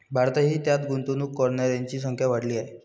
भारतातही त्यात गुंतवणूक करणाऱ्यांची संख्या वाढली आहे